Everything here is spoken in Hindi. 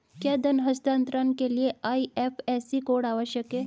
क्या धन हस्तांतरण के लिए आई.एफ.एस.सी कोड आवश्यक है?